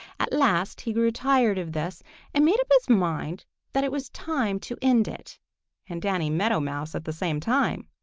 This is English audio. at last he grew tired of this and made up his mind that it was time to end it and danny meadow mouse at the same time.